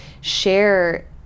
share